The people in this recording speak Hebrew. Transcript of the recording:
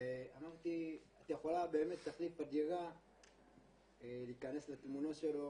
ואמרתי, התופעה באמת הכי תדירה להיכנס לתמונה שלו,